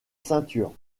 ceinture